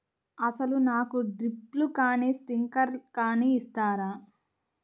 అసలు నాకు డ్రిప్లు కానీ స్ప్రింక్లర్ కానీ ఇస్తారా?